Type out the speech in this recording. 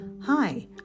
Hi